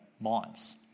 minds